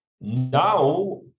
Now